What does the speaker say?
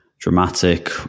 dramatic